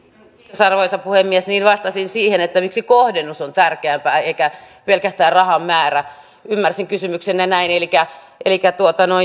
kiitos arvoisa puhemies niin vastasin siihen miksi kohdennus on tärkeämpää eikä pelkästään rahan määrä ymmärsin kysymyksenne näin elikkä elikkä